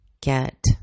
get